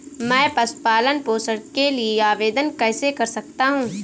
मैं पशु पालन पोषण के लिए आवेदन कैसे कर सकता हूँ?